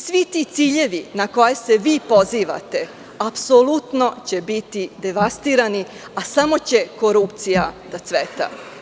Svi ti ciljevi na koje se pozivate apsolutno će biti devastirani, a samo će korupcija da cveta.